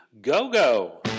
go-go